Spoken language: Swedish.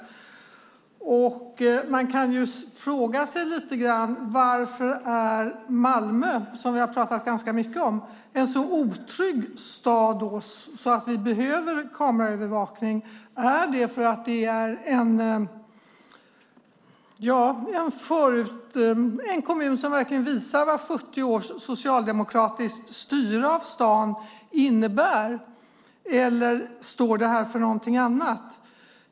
Man kan fråga sig lite grann: Varför är Malmö en så otrygg stad att vi behöver kameraövervakning? Är det för att det är en kommun som verkligen visar vad 70 års socialdemokratiskt styre av staden innebär, eller står det för någonting annat?